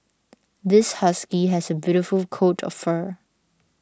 this husky has a beautiful coat of fur